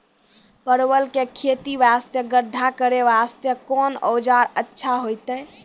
परवल के खेती वास्ते गड्ढा करे वास्ते कोंन औजार अच्छा होइतै?